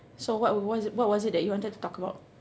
so what was what was it that you wanted to talk about